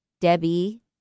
Debbie